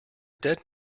dead